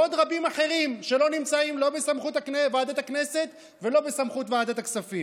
ועוד רבים אחרים שלא נמצאים בסמכות ועדת הכנסת ולא בסמכות ועדת הכספים.